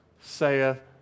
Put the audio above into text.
saith